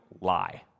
lie